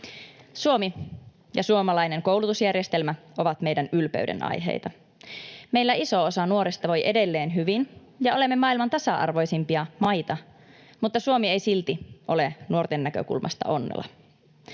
Suomi ja suomalainen koulutusjärjestelmä ovat meidän ylpeyden aiheita. Meillä iso osa nuorista voi edelleen hyvin ja olemme maailman tasa-arvoisimpia maita, mutta Suomi ei silti ole nuorten näkökulmasta onnela.